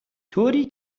طوری